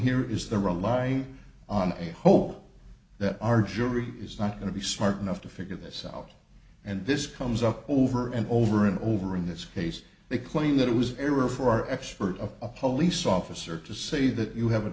here is the rely on a hope that our jury is not going to be smart enough to figure this out and this comes up over and over and over in this case they claim that it was everywhere for expert of a police officer to say that you have a